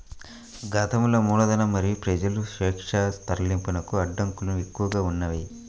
గతంలో మూలధనం మరియు ప్రజల స్వేచ్ఛా తరలింపునకు అడ్డంకులు ఎక్కువగా ఉన్నాయి